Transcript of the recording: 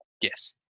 Yes